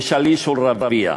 לשליש ולרביע.